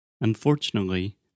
Unfortunately